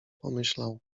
pomyślał